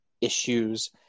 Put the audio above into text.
issues